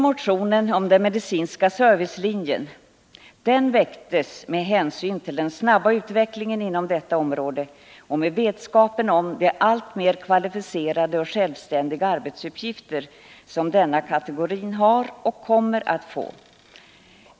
Motionen om den medicinska servicelinjen väcktes med hänsyn till den snabba utvecklingen inom detta område och med vetskap om de alltmer kvalificerade och självständiga arbetsuppgifter som denna kategori har och kommer att få.